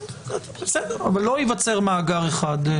אבל לא ייווצר מאגר אחד.